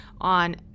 on